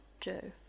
Joe